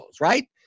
right